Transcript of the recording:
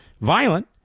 violent